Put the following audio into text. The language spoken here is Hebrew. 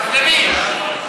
אז למי?